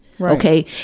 Okay